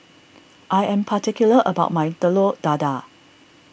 I am particular about my Telur Dadah